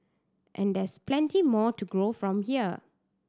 and there's plenty more to grow from here